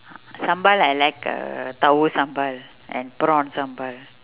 sambal I like uh tauhu-sambal and prawn-sambal